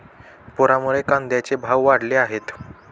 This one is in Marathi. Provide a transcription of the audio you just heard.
पुरामुळे कांद्याचे भाव वाढले आहेत